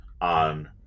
on